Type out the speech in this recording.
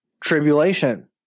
tribulation